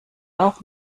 auch